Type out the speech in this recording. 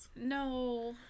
No